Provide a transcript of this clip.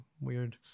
weird